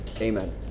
amen